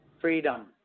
freedom